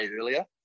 earlier